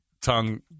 tongue